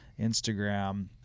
Instagram